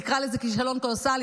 נקרא לזה כישלון קולוסלי,